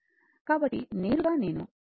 కాబట్టి నేరుగా నేను in a e tτ లో వ్రాస్తాను